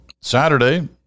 Saturday